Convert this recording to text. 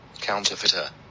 counterfeiter